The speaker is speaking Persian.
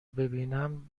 ببینم